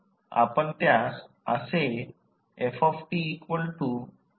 आपण त्यास असे ftKyt ने दर्शवु